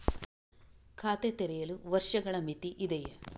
ಖಾತೆ ತೆರೆಯಲು ವರ್ಷಗಳ ಮಿತಿ ಇದೆಯೇ?